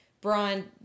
Brian